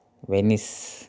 Venice